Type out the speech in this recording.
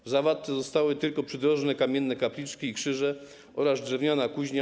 W Zawadce zostały tylko przydrożne kamienne kapliczki i krzyże oraz drewniana kuźnia.